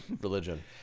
religion